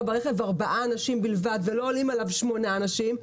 ברכב עם ארבעה אנשים בלבד ולא עולים עליו שמונה אנשים,